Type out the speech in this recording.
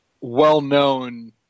well-known